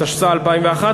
התשס"א 2001,